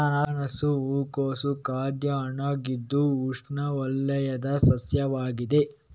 ಅನಾನಸ್ ಓಕಮೊಸಸ್ ಖಾದ್ಯ ಹಣ್ಣಾಗಿದ್ದು ಉಷ್ಣವಲಯದ ಸಸ್ಯವಾಗಿದೆ